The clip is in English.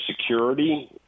security